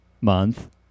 month